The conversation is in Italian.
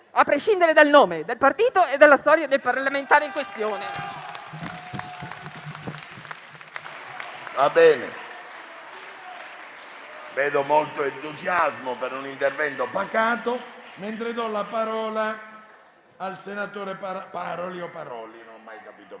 a prescindere dal nome, dal partito e dalla storia del parlamentare in questione.